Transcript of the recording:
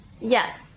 Yes